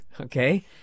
okay